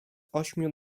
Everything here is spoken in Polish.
ośmiu